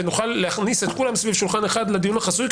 ונוכל לכנס את כולם סביב שולחן אחד לדיון החסוי,